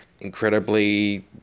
incredibly